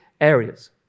areas